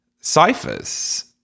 ciphers